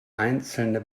einzelne